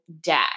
deck